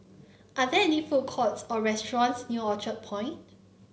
are there any food courts or restaurants near Orchard Point